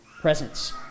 presence